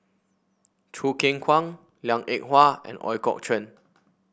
Choo Keng Kwang Liang Eng Hwa and Ooi Kok Chuen